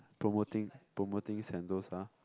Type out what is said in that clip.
promoting promoting sentosa